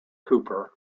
cooper